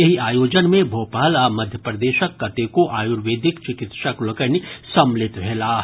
एहि आयोजन मे भोपाल आ मध्य प्रदेशक कतेको आयुर्वेदिक चिकित्सक लोकनि सम्मिलित भेलाह